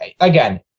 again